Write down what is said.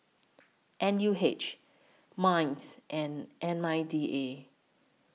N U H Minds and M I D A